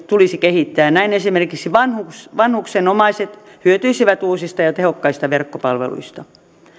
tulisi kehittää näin esimerkiksi vanhuksen vanhuksen omaiset hyötyisivät uusista ja tehokkaista verkkopalveluista